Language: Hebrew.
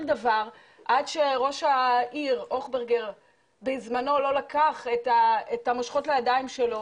דבר עד שראש העיר הוכברגר בזמנו לא לקח את המושכות לידיים שלו